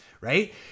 Right